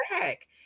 back